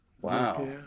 Wow